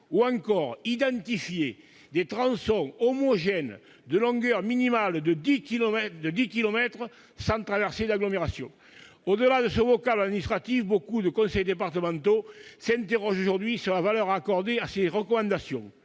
», ou identifier des tronçons homogènes d'une longueur minimale de 10 kilomètres sans traversée d'agglomération. Au-delà de ce vocable administratif, beaucoup de conseils départementaux s'interrogent aujourd'hui sur la valeur à accorder à ces recommandations,